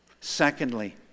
Secondly